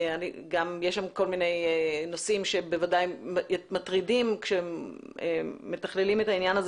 גם יש שם כל מיני נושאים שהם בוודאי מטרידים כשמתכללים את העניין הזה